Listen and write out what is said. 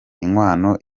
inkwano